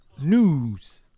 news